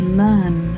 learn